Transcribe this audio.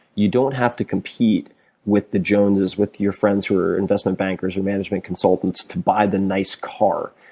you don't have to compete with the jones's, with your friends who are investment bankers or management consultants, to buy the nice car.